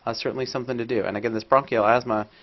ah certainly something to do. and again, this bronchial asthma